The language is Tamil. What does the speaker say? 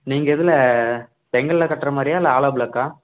நீங்கள் எதில் செங்கல்லில் கட்டுறமாரியா இல்லை ஆலோப்ளாக்கா